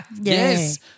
Yes